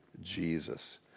Jesus